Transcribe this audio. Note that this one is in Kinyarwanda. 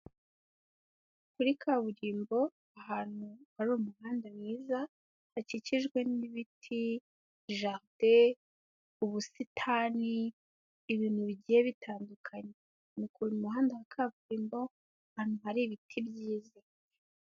Kuri kaburimbo ahantu hari umuhanda mwiza hakikijwe n'ibiti, jaride, ubusitani, ibintu bigiye bitandukanye, ni ku muhanda wa kaburimbo ahantu hari ibiti byiza.